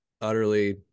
utterly